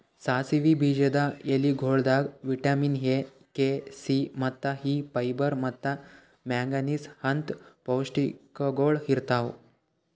ಸಾಸಿವಿ ಬೀಜದ ಎಲಿಗೊಳ್ದಾಗ್ ವಿಟ್ಯಮಿನ್ ಎ, ಕೆ, ಸಿ, ಮತ್ತ ಇ, ಫೈಬರ್ ಮತ್ತ ಮ್ಯಾಂಗನೀಸ್ ಅಂತ್ ಪೌಷ್ಟಿಕಗೊಳ್ ಇರ್ತಾವ್